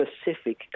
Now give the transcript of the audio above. specific